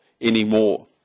anymore